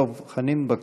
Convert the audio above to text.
דב חנין, בבקשה.